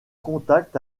contact